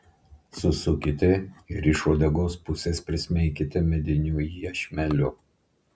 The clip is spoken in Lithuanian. susukite ir iš uodegos pusės prismeikite mediniu iešmeliu